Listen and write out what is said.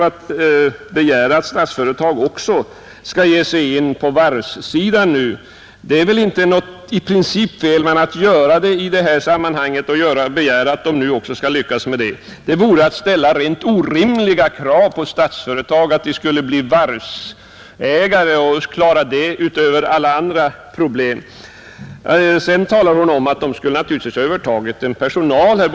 Att begära att Statsföretag nu också skulle ge sig in ytterligare på varvssidan är väl i princip inte felaktigt. Men att i detta sammanhang begära att företaget också skulle bli större varvsägare och klara det jämsides med alla andra problem vore att ställa helt orimliga krav på Statsföretag. Fru Ryding säger vidare att Statsföretag naturligtvis skulle ha övertagit personalen.